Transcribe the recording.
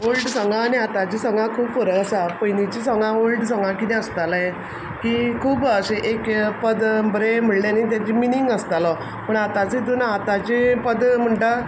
old सोंगां आनी आतांचीं सोंगा खूब फरक आसा पयलींची सोंगां ऑल्ड सोंगांत कितें आसतालें की खूब अशें एक पद बरें म्हळ्ळें न्ही ताका मिनींग आसतालो पूण आतांचे इतून आतांचे पद म्हणटा